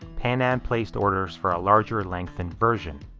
pan am placed orders for a larger lengthened version.